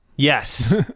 Yes